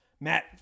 Matt